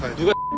do it.